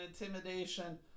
intimidation